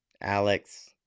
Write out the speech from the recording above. Alex